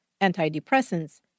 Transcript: antidepressants